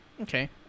Okay